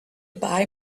buy